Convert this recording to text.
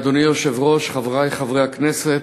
אדוני היושב-ראש, חברי חברי הכנסת,